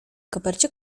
kopercie